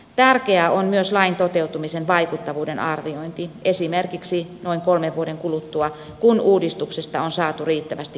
tärkeää on myös lain toteutumisen vaikuttavuuden arviointi esimerkiksi noin kolmen vuoden kuluttua kun uudistuksesta on saatu riittävästi käytännön kokemusta